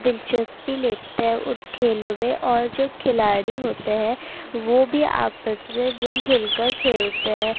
دلچسپی لیتے ہیں ان کھیلوں میں اور جو کھلاڑی ہوتے ہیں وہ بھی آپس میں مل جل کر کھیلتے ہیں